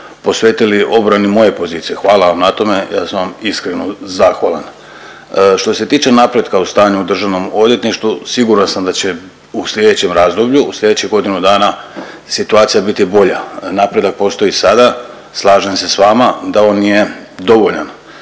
posvetili obrani moje pozicije. Hvala vam na tome, ja sam vam iskreno zahvalan. Što se tiče napretka o stanju državnom odvjetništvu siguran sam da će u slijedećem razdoblju u slijedećih godinu dana situacija biti bolja. Napredak postoji sada, slažem se s vama da on nije dovoljan.